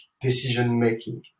decision-making